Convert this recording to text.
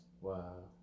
Wow